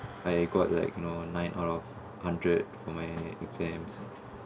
I got like you know nine out of hundred for my exams